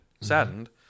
saddened